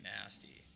nasty